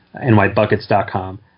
nybuckets.com